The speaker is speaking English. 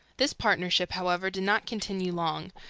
this partnership, however, did not continue long,